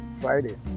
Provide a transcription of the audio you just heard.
Friday